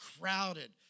crowded